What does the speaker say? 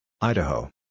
Idaho